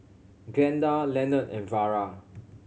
Glenda Lenord and Vara